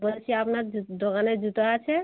বলছি আপনার জু দোকানে জুতো আছে